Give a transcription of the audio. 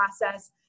process